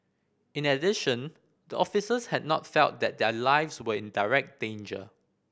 in addition the officers had not felt that their lives were in direct danger